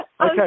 Okay